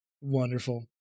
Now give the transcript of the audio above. wonderful